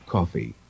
Coffee